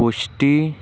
ਪੁਸ਼ਟੀ